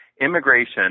immigration